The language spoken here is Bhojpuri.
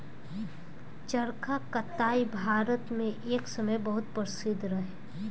चरखा कताई भारत मे एक समय बहुत प्रसिद्ध रहे